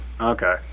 Okay